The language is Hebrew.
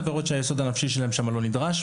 עבירות שהיסוד הנפשי שלהם שמה לא נדרש,